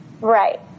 Right